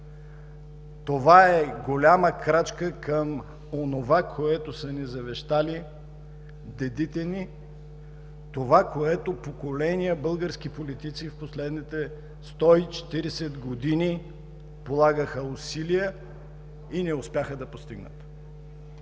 Това е голяма крачка към онова, което са завещали дедите ни, за което поколения български политици в последните 140 г. полагаха усилия и не успяха да постигнат.